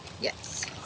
Yes